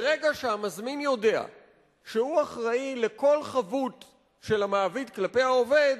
ברגע שהמזמין יודע שהוא אחראי לכל חבות של המעביד כלפי העובד,